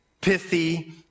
pithy